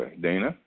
Dana